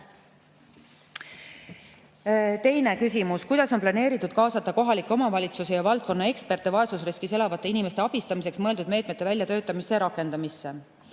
Teine küsimus: "Kuidas on planeeritud kaasata kohalikke omavalitsusi ja valdkonna eksperte vaesusriskis elavate inimeste abistamiseks mõeldud meetmete väljatöötamisse ja rakendamisse?"